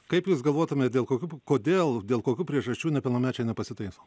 kaip jūs galvotumėt dėl kokių kodėl dėl kokių priežasčių nepilnamečiai nepasitaiso